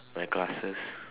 my glasses